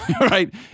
right